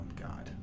God